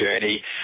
journey